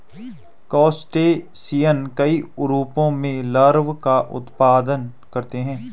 crustacean कई रूपों में लार्वा का उत्पादन करते हैं